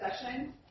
session